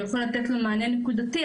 יכול לתת לו מענה נקודתי,